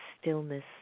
stillness